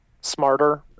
smarter